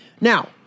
Now